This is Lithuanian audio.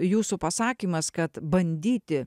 jūsų pasakymas kad bandyti